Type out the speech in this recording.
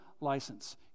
license